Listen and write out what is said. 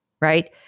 right